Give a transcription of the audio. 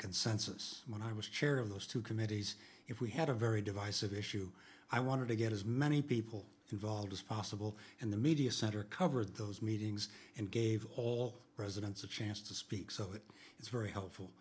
consensus when i was chair of those two committees if we had a very divisive issue i wanted to get as many people involved as possible and the media center covered those meetings and gave all presidents a chance to speak so it is very helpful